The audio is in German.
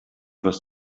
was